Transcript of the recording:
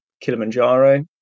kilimanjaro